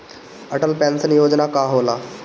Atal pension Yojana का होला?